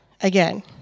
again